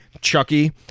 Chucky